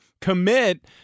commit